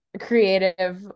creative